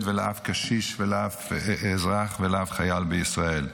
ולאף קשיש ולאף אזרח ולאף חייל בישראל.